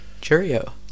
Cheerio